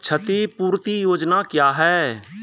क्षतिपूरती योजना क्या हैं?